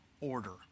order